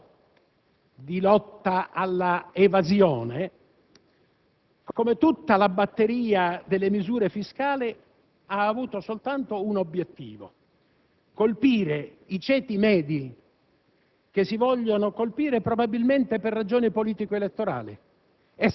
avanzata come mezzo di lotta all'evasione, come tutta la batteria delle misure fiscali, ha avuto soltanto un obiettivo: colpire i ceti medi,